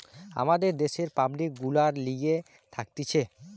আমাদের দ্যাশের পাবলিক গুলার লিগে থাকতিছে